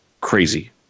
crazy